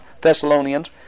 Thessalonians